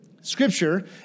scripture